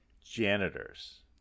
janitors